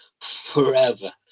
forever